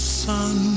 sun